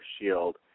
shield